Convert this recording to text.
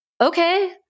okay